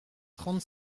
trente